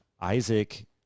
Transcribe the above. isaac